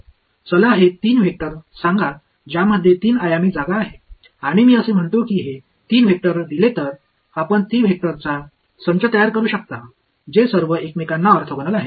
चला हे 3 वेक्टर सांगा ज्यामध्ये 3 आयामी जागा आहे आणि मी असे म्हणतो की हे 3 वेक्टर दिले तर आपण 3 वेक्टरचा संच तयार करू शकता जे सर्व एकमेकांना ऑर्थोगोनल आहेत